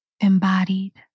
embodied